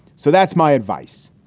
so that's my advice.